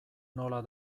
nola